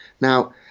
Now